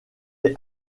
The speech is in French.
est